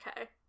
okay